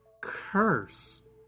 curse